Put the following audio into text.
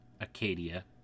Acadia